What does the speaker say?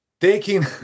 taking